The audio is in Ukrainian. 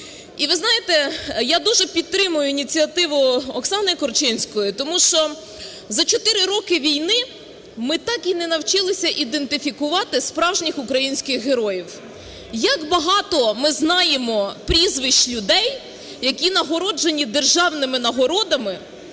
І ви знаєте, я дуже підтримую ініціативу Оксани Корчинської, тому що за чотири роки війни ми так і не навчилися ідентифікувати справжніх українських героїв. Як багато ми знаємо прізвищ людей, які нагороджені державними нагородами